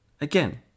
Again